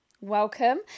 welcome